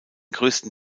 größten